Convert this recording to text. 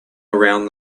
around